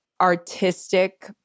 artistic